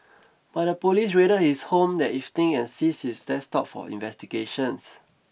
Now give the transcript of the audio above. but the police raided his home that evening and seized his desktop for investigations